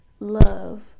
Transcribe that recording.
love